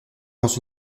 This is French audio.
dans